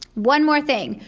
one more thing.